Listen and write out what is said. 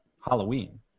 Halloween